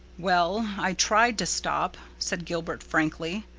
well, i tried to stop, said gilbert frankly,